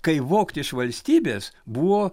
kai vogt iš valstybės buvo